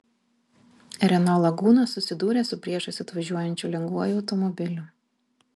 renault laguna susidūrė su priešais atvažiuojančiu lengvuoju automobiliu